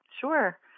Sure